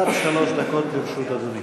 עד שלוש דקות לרשות אדוני.